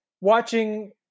watching